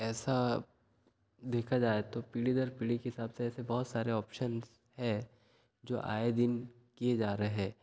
ऐसा देखा जाए तो पीढ़ी दर पीढ़ी के हिसाब से ऐसे बहुत सारे ऑप्शन्स हैं जो आए दिन किए जा रहे हैं